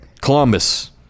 Columbus